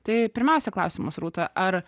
tai pirmiausia klausimas rūta ar